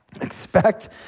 expect